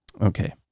Okay